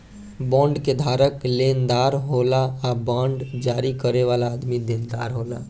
bond के धारक लेनदार होला आ बांड जारी करे वाला आदमी देनदार होला